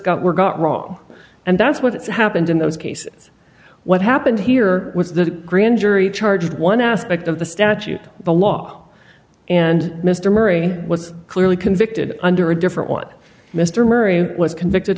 got were got wrong and that's what happened in those cases what happened here was the grand jury charged one aspect of the statute the law and mr murray was clearly convicted under a different one mr murray was convicted